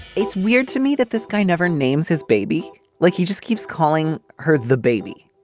it's weird to me that this guy never names his baby like he just keeps calling her the baby.